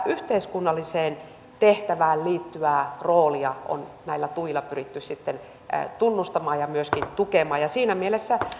yhteiskunnalliseen tehtävään liittyvää roolia on näillä tuilla pyritty tunnustamaan ja myöskin tukemaan ja siinä mielessä